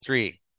three